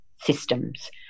systems